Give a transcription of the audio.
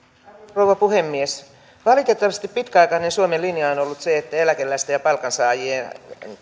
rouva puhemies valitettavasti pitkäaikainen suomen linja on on ollut se että eläkeläisten ja palkansaajien